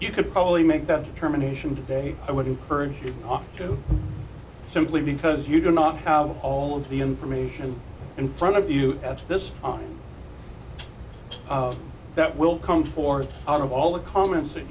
you could probably make that determination today i would encourage you to simply because you do not have all of the information in front of you at this time that will come forth out of all the comments that